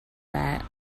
that